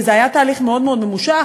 וזה היה תהליך מאוד מאוד ממושך,